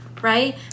right